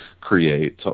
create